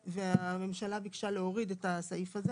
הממשלה ביקשה להוריד את הסעיף הזה.